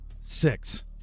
Six